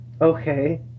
Okay